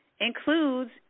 includes